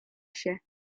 się